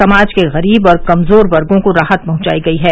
समाज के गरीब और कमजोर वर्गों को राहत पहुंचायी गयी है